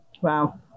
wow